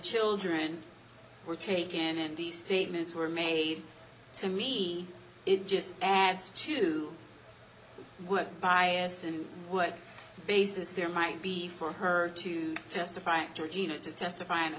children were taken and the statements were made to me it just adds to what bias and what basis there might be for her to testify and georgina to testify in a